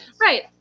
Right